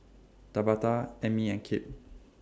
Tabatha Amie and Kipp